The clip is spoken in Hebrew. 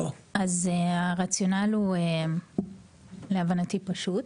אז הרציונל הוא להבנתי פשוט.